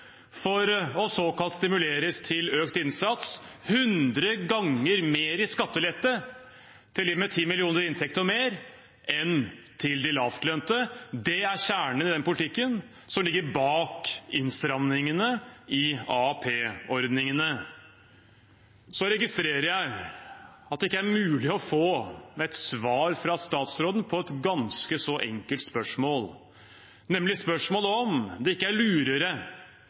for såkalt å stimuleres til økt innsats – hundre ganger mer i skattelette til dem med 10 mill. kr i inntekt og mer, enn til de lavtlønte. Det er kjernen i den politikken som ligger bak innstrammingene i AAP-ordningen. Jeg registrerer at det ikke er mulig å få et svar fra statsråden på et ganske enkelt spørsmål, nemlig spørsmålet om det ikke er lurere